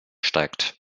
steigt